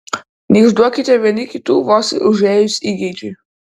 neišduokite vieni kitų vos užėjus įgeidžiui